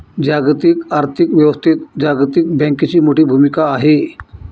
जागतिक आर्थिक व्यवस्थेत जागतिक बँकेची मोठी भूमिका आहे